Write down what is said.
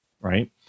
right